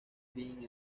green